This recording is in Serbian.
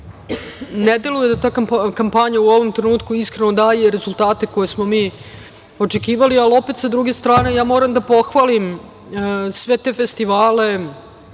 Ne deluje da ta kampanja u ovom trenutku iskreno daje rezultate koje smo mi očekivali, ali opet sa druge strane moram da pohvalim sve te festivale,